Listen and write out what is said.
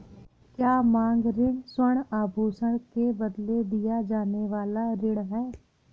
क्या मांग ऋण स्वर्ण आभूषण के बदले दिया जाने वाला ऋण है?